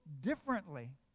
differently